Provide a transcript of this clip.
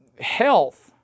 health